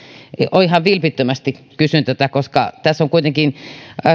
ihan vilpittömästi kysyn tätä koska tässä on kuitenkin